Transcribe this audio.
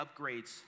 upgrades